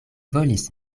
volis